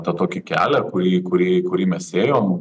tą tokį kelią kurį kurį kurį mes ėjom